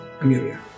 Amelia